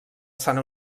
sant